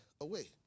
away